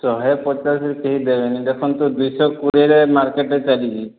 ଶହେ ପଚାଶରେ କେହି ଦେବେନି ଦେଖନ୍ତୁ ଦୁଇ ଶହ କୋଡ଼ିଏରେ ମାର୍କେଟରେ ଚାଲିଛି